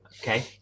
okay